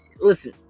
listen